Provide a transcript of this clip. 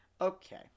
Okay